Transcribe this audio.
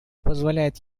позволяют